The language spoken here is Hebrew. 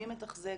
מי מתחזק,